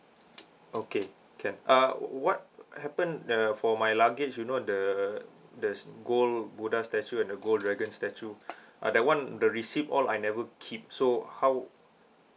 okay can uh what happened uh for my luggage you know the there's gold buddha statue and the gold dragon statue ah that one the receipt all I never keep so how